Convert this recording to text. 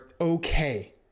okay